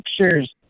pictures